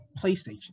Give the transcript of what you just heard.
PlayStation